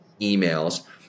emails